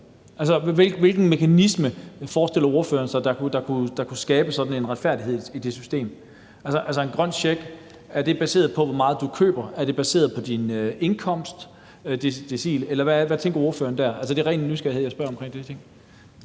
hvilken mekanisme forestiller ordføreren sig der kunne skabe sådan en retfærdighed i det system? Er en grøn check baseret på, hvor meget du køber? Er den baseret på din indkomstdecil? Eller hvad tænker ordføreren der? Altså, det er af ren nysgerrighed, jeg spørger om de